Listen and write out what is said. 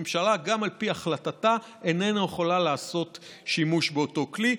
הממשלה גם על פי החלטתה איננה יכולה לעשות שימוש באותו כלי.